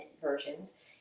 versions